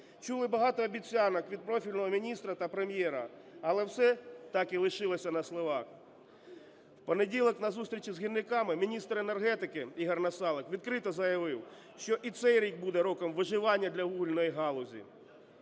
чули багато обіцянок від профільного міністра та Прем'єра, але все так і лишилося на словах. В понеділок на зустрічі з гірниками міністр енергетики Ігор Насалик відкрито заявив, що і цей рік буде роком виживання для вугільної галузі,